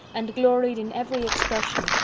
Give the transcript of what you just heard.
and gloried in every expression,